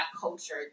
culture